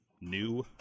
new